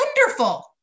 wonderful